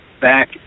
back